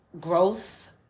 growth